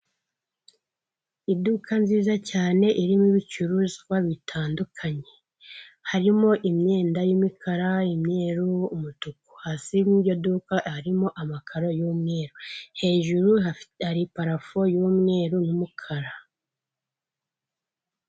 Iduka nziza cyane irimo ibicuruzwa bitandukanye, harimo imyenda y'imikara, imyeru, umutuku, hasi mu iryo duka harimo amakaro y'umweru, hejuru hari parafo y'umweru y'umukara.